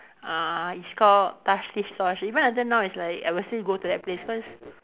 uh it's called Tash Tish Tosh even until now it's like I will still go to that place because